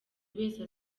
wese